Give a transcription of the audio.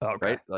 right